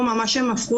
היא גם דיברה על המידע.